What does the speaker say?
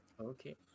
Okay